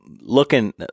looking